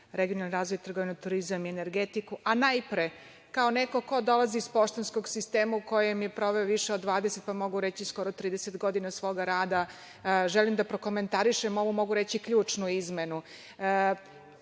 regionalni razvoj, trgovinu, turizam i energetiku, a najpre kao neko ko dolazi iz poštanskog sistema u kojem je proveo više od 20, pa mogu reći skoro 30 godina svoga rada, želim da prokomentarišem ovu, mogu reći, ključnu